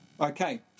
Okay